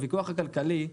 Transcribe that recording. הוויכוח הכלכלי,